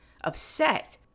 upset